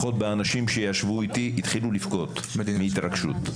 אנשים שישבו איתי התחילו לבכות מהתרגשות.